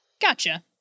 Gotcha